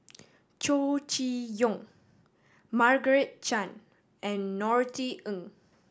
Chow Chee Yong Margaret Chan and Norothy Ng